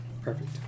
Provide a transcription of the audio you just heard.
Perfect